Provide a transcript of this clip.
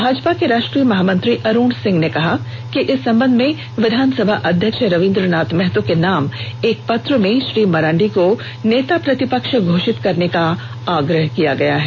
भाजपा के राष्ट्रीय महामंत्री अरूण सिंह ने कहा कि इस संबंध में विधानसभा अध्यक्ष रवींद्रनाथ महतो के नाम एक पत्र में श्री मरांडी को नेता प्रतिपक्ष घोषित करने का आग्रह किया गया है